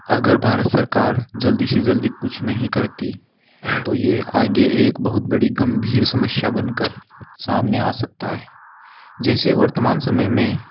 अगर भारत सरकार जल्दी से जल्दी कुछ नहीं करती तो यह आगे एक बहुत बड़ी गंभीर समस्या बनकर सामने आ सकता है जैसे वर्तमान समय में